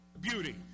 beauty